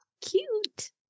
Cute